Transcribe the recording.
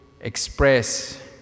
Express